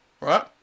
right